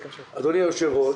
אדוני היושב-ראש,